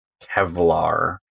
Kevlar